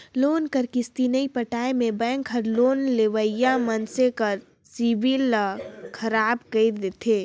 loan कर किस्ती नी पटाए में बेंक हर लोन लेवइया मइनसे कर सिविल ल खराब कइर देथे